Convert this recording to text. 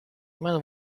man